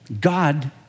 God